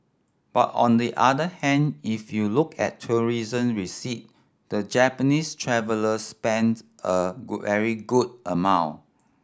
but on the other hand if you look at tourism receipts the Japanese traveller spends a very good amount